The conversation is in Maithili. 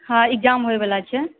हाँ इक्जाम होइ बला छै